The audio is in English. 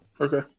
Okay